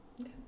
Okay